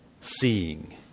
seeing